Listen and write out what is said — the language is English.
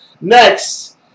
Next